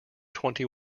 twenty